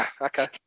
okay